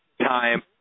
time